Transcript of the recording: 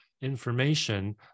information